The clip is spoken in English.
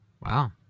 Wow